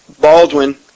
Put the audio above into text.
Baldwin